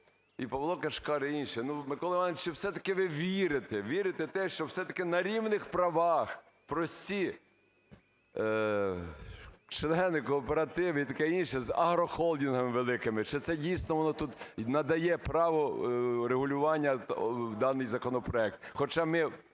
і Павло Кишкар, і інші. Ну, Микола Іванович, чи все-таки ви вірите, вірите в те, що все-таки на рівних правах прості члени кооперативів і таке інше з агрохолдингами великими, чи це дійсно воно тут надає право регулювання, даний законопроект?